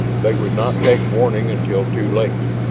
they would not take warning until too late.